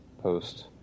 post